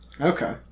Okay